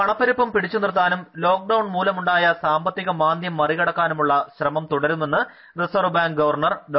പണപ്പെരുപ്പം പിടിച്ചു നിർത്താനും ലോക്ക്ഡൌൺ മൂലമുണ്ടായ സാമ്പത്തിക മാന്ദ്യം മറികടക്കാനും ശ്രമം തുടരുമെന്ന് റിസർവ് ബാങ്ക് ഗവർണർ ഡോ